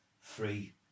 free